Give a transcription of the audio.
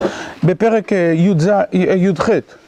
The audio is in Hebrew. בפרק יז' אהה יח'